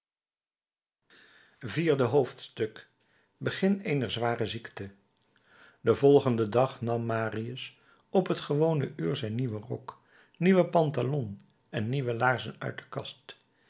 vierde hoofdstuk begin eener zware ziekte den volgenden dag nam marius op het gewone uur zijn nieuwen rok nieuwen pantalon en nieuwe laarzen uit de kast